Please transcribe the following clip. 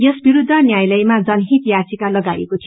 यस विरूद्ध यायालयामा जनहित याचिका लागाइएको थियो